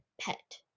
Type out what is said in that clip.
pet